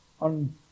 on